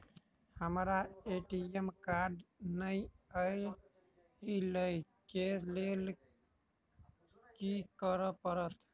हमरा ATM card नै अई लई केँ लेल की करऽ पड़त?